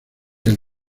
del